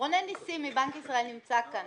רונן ניסים מבנק ישראל נמצא כאן,